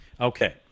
Okay